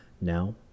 Now